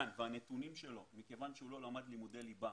והנתונים שלו מכיוון שהוא לא למד לימודי ליבה